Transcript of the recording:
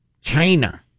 China